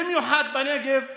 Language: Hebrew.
במיוחד בנגב,